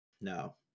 No